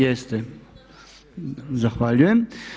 Jeste, zahvaljujem.